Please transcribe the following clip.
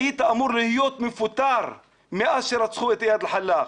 היית אמור להיות מפוטר מאז שרצחו את איאד אל חלאק,